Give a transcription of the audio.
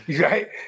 Right